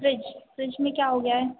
fridge fridge में क्या हो गया है